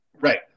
Right